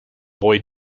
boy